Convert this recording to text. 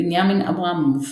בנימין אברהמוב,